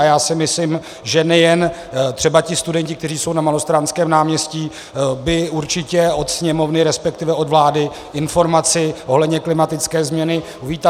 Já si myslím, že nejen třeba ti studenti, kteří jsou na Malostranském náměstí, by určitě od Sněmovny, resp. od vlády informaci ohledně klimatické změny uvítali.